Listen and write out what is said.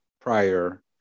prior